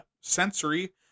sensory